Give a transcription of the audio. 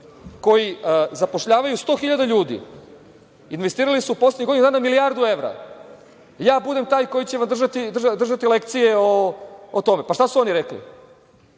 koji zapošljavaju 100 hiljada ljudi, investirali su u poslednjih godinu dana milijardu evra, ja budem taj koji će držati lekcije o tome. Šta su oni rekli?